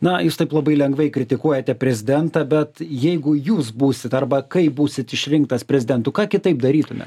na jūs taip labai lengvai kritikuojate prezidentą bet jeigu jūs būsite arba kai būsit išrinktas prezidentu ką kitaip darytumėt